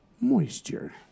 Moisture